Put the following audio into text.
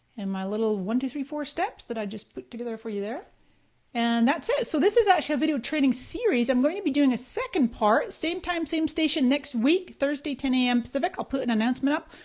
and my little one, two, three, four steps that i just put together for you there and that's it. so this is actually a video training series. i'm going to be doing a second part, same time, same station next week, thursday ten a m. pacific. i'll put an announcement up.